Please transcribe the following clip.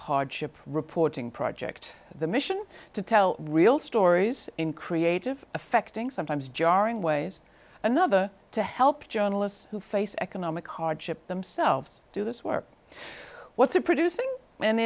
hardship reporting project the mission to tell real stories in creative affecting sometimes jarring ways another to help journalists who face economic hardship themselves through this work what's a producing and